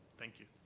thank you.